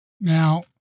Now